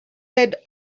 led